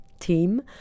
team